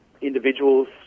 individuals